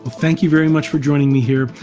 thank you very much for joining me here,